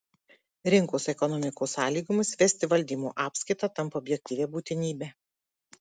rinkos ekonomikos sąlygomis vesti valdymo apskaitą tampa objektyvia būtinybe